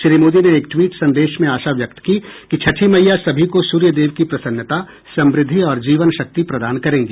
श्री मोदी ने एक ट्वीट संदेश में आशा व्यक्त की कि छठी मइया सभी को सूर्य देव की प्रसन्नता समृद्धि और जीवन शक्ति प्रदान करेंगी